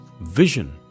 Vision